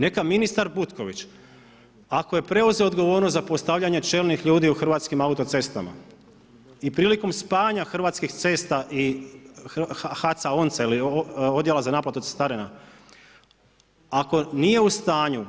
Neka ministar Butković, ako je preuzeo odgovornost za postavljanje čelnih ljudi u hrvatskim autocestama i prilikom spajanju hrvatskih cesta i HAC ONCE, ili odjela za naplatu cestarina, ako nije u stanju,